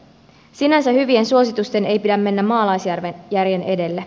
sinänsä hyvien suositusten ei pidä mennä maalaisjärjen edelle